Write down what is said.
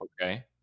Okay